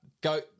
Go